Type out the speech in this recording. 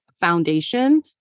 foundation